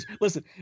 Listen